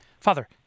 Father